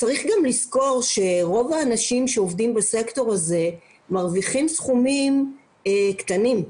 צריך גם לזכור שרוב האנשים שעובדים בסקטור הזה מרוויחים סכומים קטנים.